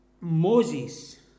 Moses